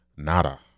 Nada